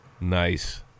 nice